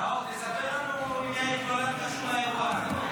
נאור, תספר לנו אם יאיר גולן קשור לאירוע.